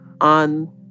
on